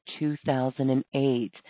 2008